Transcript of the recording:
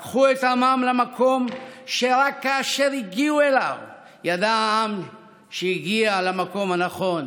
ולקחו את עמם למקום שרק כאשר הגיעו אליו ידע העם שהגיע למקום הנכון,